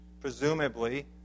presumably